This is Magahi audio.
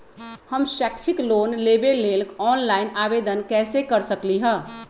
हम शैक्षिक लोन लेबे लेल ऑनलाइन आवेदन कैसे कर सकली ह?